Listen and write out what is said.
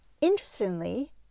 Interestingly